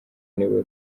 nibo